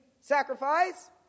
sacrifice